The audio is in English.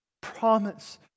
promise